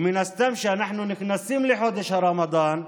ומן הסתם כשאנחנו נכנסים לחודש הרמדאן,